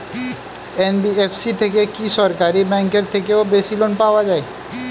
NBFC থেকে কি সরকারি ব্যাংক এর থেকেও বেশি লোন পাওয়া যায়?